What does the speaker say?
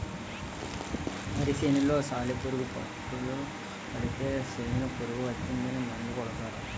వరి సేనులో సాలిపురుగు పట్టులు పడితే సేనులో పురుగు వచ్చిందని మందు కొడతారు